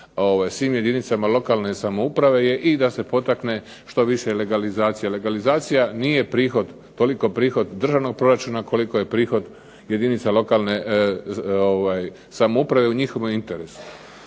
svim jedinicama lokalne samouprave je i da se potakne što više legalizacije. Legalizacija nije prihod, toliko prihod državnog proračuna koliko je prihod jedinica lokalne samouprave u njihovom interesu.